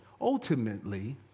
Ultimately